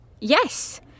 Yes